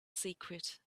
secret